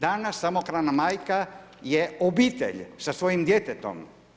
Danas samohrana majka je obitelj sa svojim djetetom.